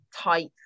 type